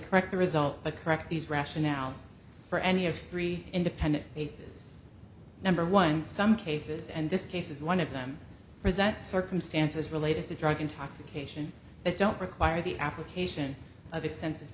correct the result but correct these rationales for any of three independent basis number one some cases and this case is one of them present circumstances related to drug intoxication that don't require the application of extensive